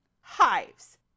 hives